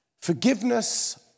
Forgiveness